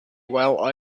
while